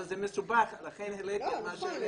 אבל זה מסובך, לכן העליתי את מה שהעליתי.